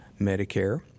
Medicare